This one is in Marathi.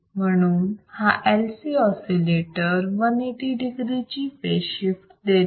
म्हणूनच हा LC ऑसिलेटर 180 degree ची फेज शिफ्ट देतो